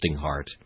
heart